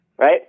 Right